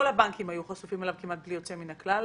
כל הבנקים היו חשופים אליו בלי יוצא מן הכלל.